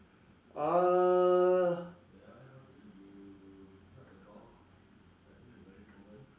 uh